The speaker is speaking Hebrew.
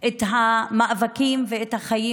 את המאבקים ואת החיים.